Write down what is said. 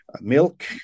milk